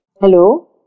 Hello